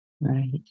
Right